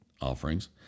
offerings